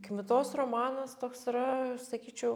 kmitos romanas toks yra sakyčiau